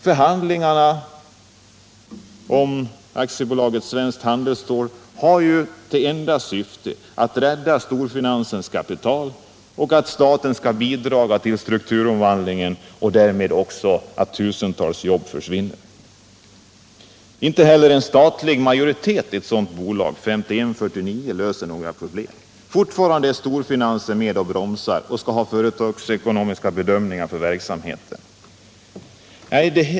Förhandlingarna om AB Svenskt handelsstål har till enda syfte att rädda storfinansens kapital och att staten skall bidra till en strukturomvandling som gör att tusentals jobb försvinner. Inte heller en statlig majoritet i ett sådant bolag, 51-49, löser några problem. Fortfarande är storfinansen med och bromsar och skall ha företagsekonomiska bedömningar för verksamheten.